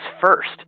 first